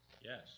Yes